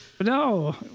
No